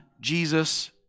Jesus